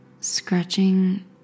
scratching